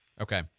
okay